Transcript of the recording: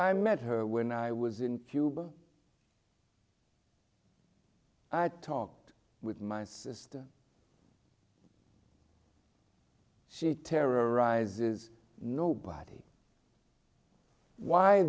met her when i was in cuba i talked with my sister she terrorizes nobody why